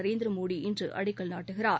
நரேந்திர மோடி இன்று அடிக்கல் நாட்டுகிறார்